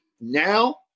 Now